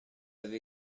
avez